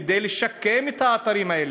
כדי לשקם את האתרים האלה,